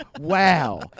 Wow